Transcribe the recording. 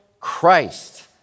Christ